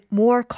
more